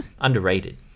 underrated